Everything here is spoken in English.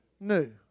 New